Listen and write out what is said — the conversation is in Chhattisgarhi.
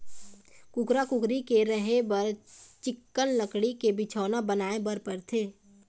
कुकरा, कुकरी के रहें बर चिक्कन लकड़ी के बिछौना बनाए बर परथे